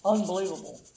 Unbelievable